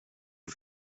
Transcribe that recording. dig